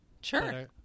Sure